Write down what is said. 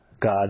God